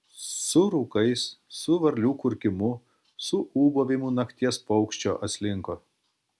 su rūkais su varlių kurkimu su ūbavimu nakties paukščio atslinko